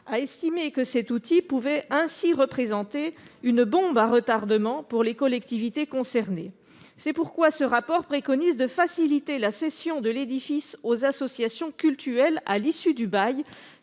estimé que cet outil pourrait de la sorte représenter une bombe à retardement pour les collectivités concernées. C'est pourquoi M. Maurey préconise, dans ce rapport, de faciliter la cession de l'édifice aux associations cultuelles à l'issue du bail,